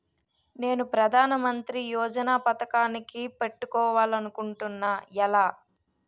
నేను ప్రధానమంత్రి యోజన పథకానికి పెట్టుకోవాలి అనుకుంటున్నా ఎలా?